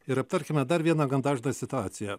ir aptarkime dar vieną gan dažną situaciją